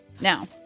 Now